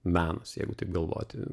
menas jeigu taip galvotume